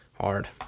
hard